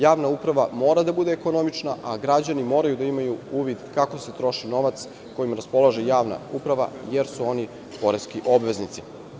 Javna uprava mora da bude ekonomična, a građani moraju da imaju uvid kako se troši novac kojim raspolaže javna uprava, jer su oni poreski obveznici.